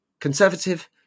conservative